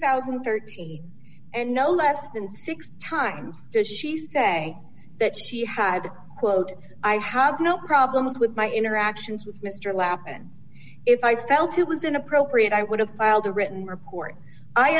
thousand and thirteen and no less than six times does she say that she had a quote i have no problems with my interactions with mr lap and if i felt it was inappropriate i would have filed a written report i